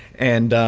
and